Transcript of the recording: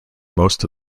most